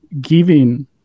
giving